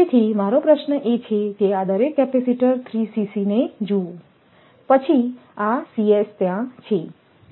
તેથી મારો પ્રશ્ન એ છે કે આ દરેક કેપેસિટરને જુઓ પછી આ ત્યાં છે